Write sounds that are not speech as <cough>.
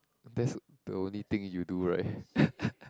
that's the only thing you do right <laughs>